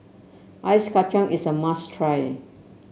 Ice Kacang is a must try